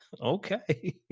Okay